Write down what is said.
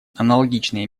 аналогичные